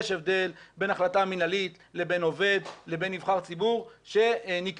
יש הבדל בין החלטה מנהלית לבין עובד לבין נבחר ציבור שנקבעו